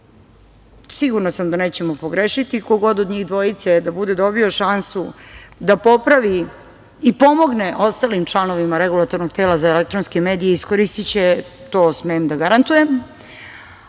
Sigurna sam da nećemo pogrešiti, ko god od njih dvojice bude dobio šansu da popravi i pomogne ostalim članovima Regulatornog tela za elektronske medije iskoristiće to, smem da garantujem. Na